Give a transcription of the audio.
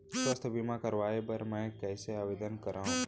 स्वास्थ्य बीमा करवाय बर मैं कइसे आवेदन करव?